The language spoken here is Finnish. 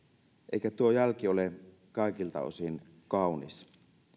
eikä tuo jälki ole kaikilta osin kaunis